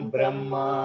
Brahma